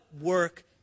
work